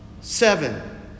Seven